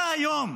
אתה היום,